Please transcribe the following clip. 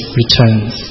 returns